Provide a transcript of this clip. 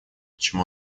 чем